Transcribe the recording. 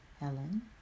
Helen